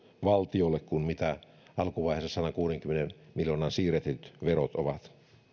valtiolle kuin mitä alkuvaiheessa sadankuudenkymmenen miljoonan siirretyt verot ovat